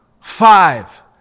Five